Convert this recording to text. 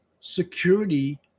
security